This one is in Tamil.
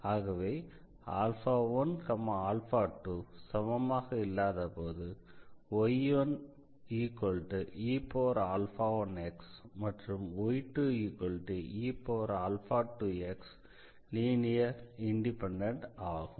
ஆகவே 1 2 சமமாக இல்லாதபோது y1e1x மற்றும் y2e2x லீனியர் இண்டிபெண்டன்ட் ஆகும்